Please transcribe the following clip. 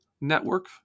Network